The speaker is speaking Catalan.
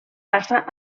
passa